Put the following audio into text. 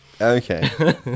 Okay